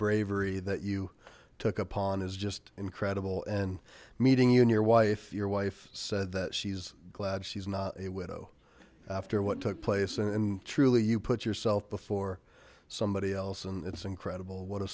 bravery that you took upon is just incredible and meeting you and your wife your wife said that she's glad she's not a widow after what took place and truly you put yourself before somebody else and it's incredible what a